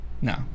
No